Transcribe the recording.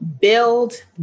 build